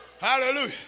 Hallelujah